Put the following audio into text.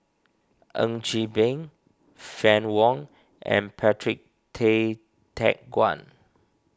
Ng Chee Meng Fann Wong and Patrick Tay Teck Guan